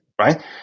right